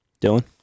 dylan